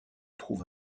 trouve